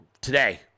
today